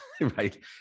right